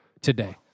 today